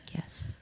Yes